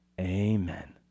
Amen